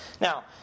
Now